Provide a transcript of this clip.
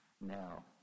now